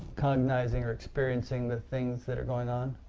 cognizing or experiencing the things that are going on?